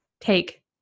take